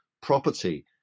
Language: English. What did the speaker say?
Property